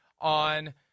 on